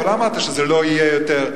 אבל לא אמרת שזה לא יהיה יותר,